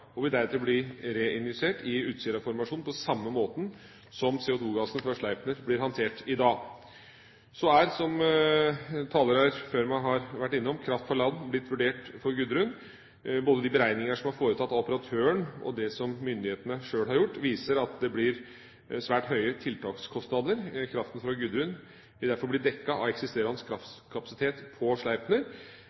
og vil deretter bli reinjisert i Utsira-formasjonen på samme måten som CO2-gassen fra Sleipner blir håndtert i dag. Så er, som talere før meg har vært innom, kraft fra land blitt vurdert for Gudrun. Både de beregninger som er foretatt av operatøren og det som myndighetene sjøl har gjort, viser at det blir svært høye tiltakskostnader. Kraften fra Gudrun vil derfor bli dekket av eksisterende kraftkapasitet på